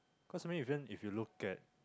cause to me even if you look at